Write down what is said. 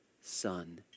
son